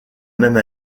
même